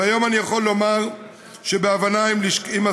והיום אני יכול לומר שבהבנה עם השר